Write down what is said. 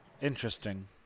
Interesting